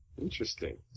Interesting